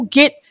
get